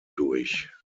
durch